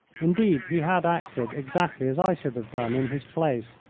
indeed, he had acted exactly as i should have done in his place.